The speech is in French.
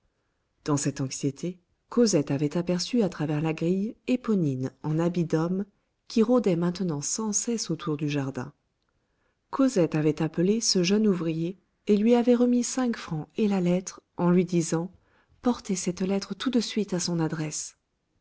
dans cette anxiété cosette avait aperçu à travers la grille éponine en habits d'homme qui rôdait maintenant sans cesse autour du jardin cosette avait appelé ce jeune ouvrier et lui avait remis cinq francs et la lettre en lui disant portez cette lettre tout de suite à son adresse